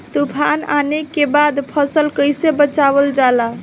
तुफान आने के बाद फसल कैसे बचावल जाला?